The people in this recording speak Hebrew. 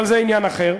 אבל זה עניין אחר.